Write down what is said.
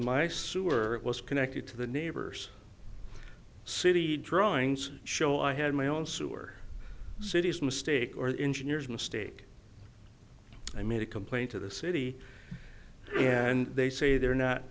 my sewer it was connected to the neighbors city drawings show i had my own sewer city's mistake or engineers mistake i made a complaint to the city and they say they're not